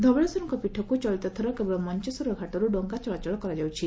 ଧବଳେଶ୍ୱରଙ୍କ ପୀଠକୁ ଚଳିତ ଥର କେବଳ ମଞେଶ୍ୱର ଘାଟରୁ ଡଙ୍ଗା ଚଳାଚଳ କରାଯାଉଛି